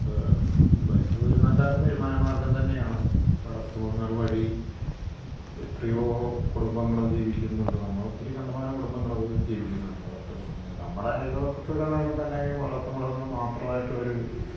ഇത് ബാംഗ്ലൂർ നല്ല വരുമാന മാർഗ്ഗം തന്നെയാണ് വളർത്തു മൃഗങ്ങൾ വഴി എത്രയോ കുടുംബങ്ങൾ ജീവിക്കുന്നുണ്ട് നമ്മൾ ഒത്തിരി കണ്ടമാനം കുടുംബങ്ങൾ ജീവിക്കുന്നുണ്ട് വളർത്തു മൃഗങ്ങൾ നമ്മുടെ അയൽവക്കത്തൊക്കെ തന്നെ വളർത്തു മൃഗങ്ങൾ മാത്രമായിട്ടൊരു